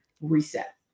reset